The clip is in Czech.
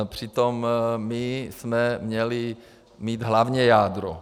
Přitom my jsme měli mít hlavně jádro.